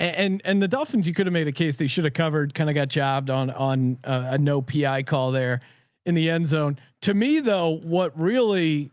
and and the dolphins. you could've made case. they should've covered, kinda got jobbed on, on a no pi call they're in the end zone to me though, what really,